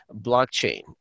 blockchain